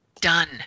done